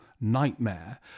nightmare